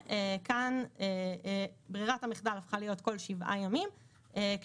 וכאן ברירת המחדל הפכה להיות כל שבעה ימים כשיש